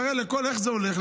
איך זה הולך?